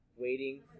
Waiting